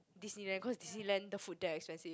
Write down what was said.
Disneyland cause Disneyland the food there expensive